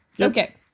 okay